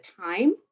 time